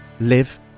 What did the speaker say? live